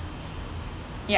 ya